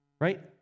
Right